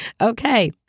Okay